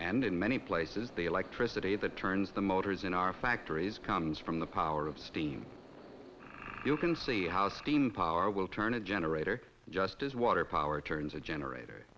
and in many places the electricity that turns the motors in our factories comes from the power of steam you can see how steam power will turn a generator just as water power turns a generator